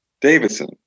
Davidson